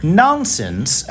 nonsense